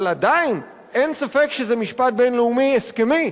אבל עדיין אין ספק שזה משפט בין-לאומי הסכמי,